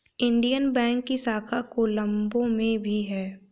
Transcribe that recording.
Indian bank की शाखा कोलम्बो में भी है